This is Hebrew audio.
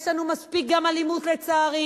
יש לנו גם מספיק אלימות, לצערי.